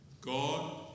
God